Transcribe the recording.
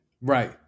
Right